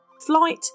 flight